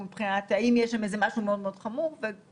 הדרישות בתקנת משנה (ב) הן לא מצטברות, ב-(א)